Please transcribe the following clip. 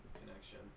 connection